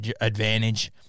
advantage